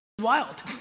wild